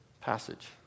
passage